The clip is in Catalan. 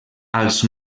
als